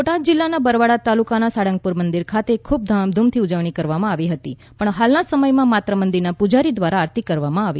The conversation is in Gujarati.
બોટાદ જિલ્લાના બરવાળા તાલુકાના સાળંગપુર મંદિર ખાતે ખૂબ ધામધૂમથી ઉજવણી કરવામાં આવતી પણ હાલના સમયમાં માત્ર મંદિરના પૂજારી દ્વારા આરતી કરવામાં આવી